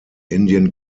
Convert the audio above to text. indian